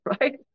Right